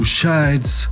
Shades